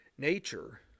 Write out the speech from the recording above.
Nature